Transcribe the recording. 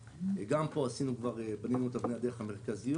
גם פה בנינו את הבנייה דרך המרכזיות,